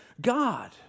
God